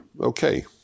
Okay